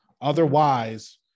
Otherwise